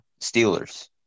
Steelers